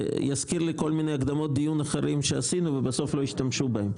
זה יזכיר לי כל מיני הקדמות דיון אחרות שעשינו ובסוף לא השתמשו בהם.